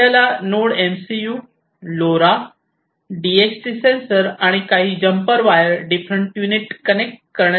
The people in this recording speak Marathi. आपल्याला node MCU LoRa DHT sensor आणि काही jumper wire different unit connect करण्यासाठी लागतात